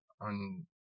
on